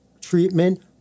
treatment